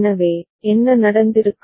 எனவே என்ன நடந்திருக்கும்